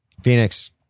Phoenix